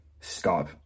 stop